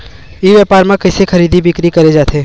ई व्यापार म कइसे खरीदी बिक्री करे जाथे?